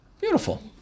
Beautiful